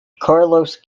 carlos